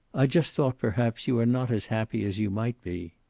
i just thought perhaps you are not as happy as you might be.